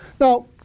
Now